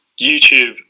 YouTube